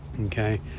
Okay